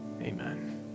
Amen